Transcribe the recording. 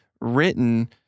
written